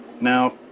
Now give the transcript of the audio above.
now